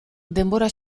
denbora